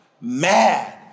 mad